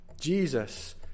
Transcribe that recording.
Jesus